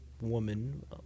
woman